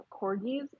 corgis